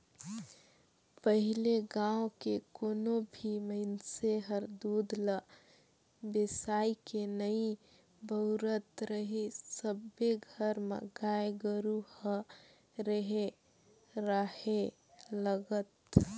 पहिले गाँव के कोनो भी मइनसे हर दूद ल बेसायके नइ बउरत रहीस सबे घर म गाय गोरु ह रेहे राहय लगत